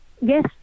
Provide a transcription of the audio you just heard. yes